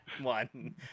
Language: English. one